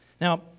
Now